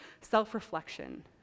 self-reflection